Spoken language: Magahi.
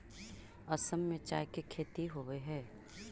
असम में चाय के खेती होवऽ हइ